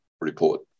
report